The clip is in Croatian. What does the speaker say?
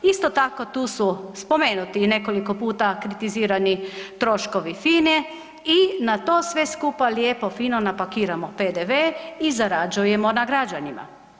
Isto tako tu su spomenuti i nekoliko puta kritizirani troškovi FINA-e i na to sve skupa lijepo fino napakiramo PDV i zarađujemo na građanima.